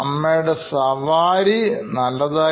അമ്മയുടെ സവാരി നല്ലതായിരുന്നു